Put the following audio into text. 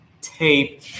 tape